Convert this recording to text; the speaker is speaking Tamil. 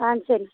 ஆ சரி